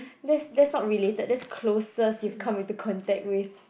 that's that's not related that's closest you've come into contact with